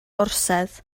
orsedd